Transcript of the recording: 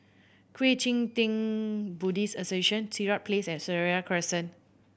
Kuang Chee Tng Buddhist Association Sirat Place and Seraya Crescent